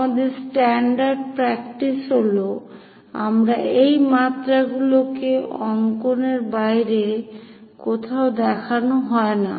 আমাদের standard practice হল আমরা এই মাত্রাগুলোকে অঙ্কনের বাইরে কোথাও দেখানো হয় না